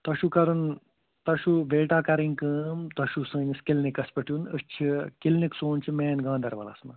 تۄہہِ چھُو کَرُن تۄہہِ چھُو بیٹا کَرٕنۍ کٲم تۄہہِ چھُو سٲنِس کِلنِکس پٮ۪ٹھ یُن أسۍ چھِ کِلنِک سون چھُ مین گانٛدربلس منٛز